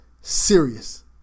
serious